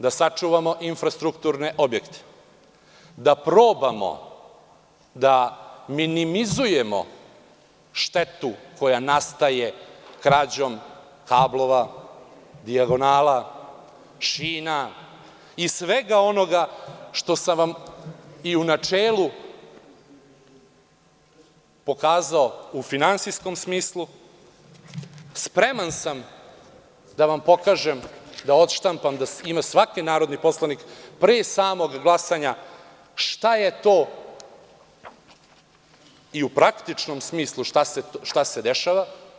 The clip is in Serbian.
Da sačuvamo infrastrukturne objekte, da probamo da minimizujemo štetu koja nastaje krađom kablova, dijagonala, šina i svega onoga što sam vam i u načelu pokazao u finansijskom smislu, spreman sam da vam pokažem, da odštampam da ima svaki narodni poslanik, pre samog glasanja, šta je to i u praktičnom smislu šta se dešava.